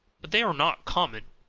but they are not common,